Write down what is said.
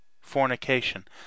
fornication